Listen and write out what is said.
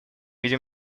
видим